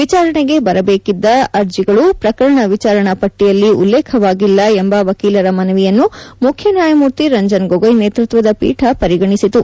ವಿಚಾರಣೆಗೆ ಬರಬೇಕಾಗಿದ್ದ ಅರ್ಜಿಗಳು ಪ್ರಕರಣ ವಿಚಾರಣಾ ಪಟ್ಟಿಯಲ್ಲಿ ಉಲ್ಲೇಖವಾಗಿಲ್ಲ ಎಂಬ ವಕೀಲರ ಮನವಿಯನ್ನು ಮುಖ್ಯ ನ್ಯಾಯಮೂರ್ತಿ ರಂಜನ್ ಗೊಗಾಯ್ ನೇತೃತ್ವದ ಪೀಠ ಪರಿಗಣಿಸಿತು